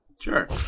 Sure